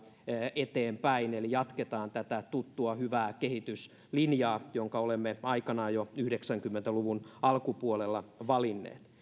eteenpäin eli jatketaan tätä tuttua hyvää kehityslinjaa jonka olemme aikanaan jo yhdeksänkymmentä luvun alkupuolella valinneet